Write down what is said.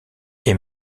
est